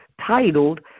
titled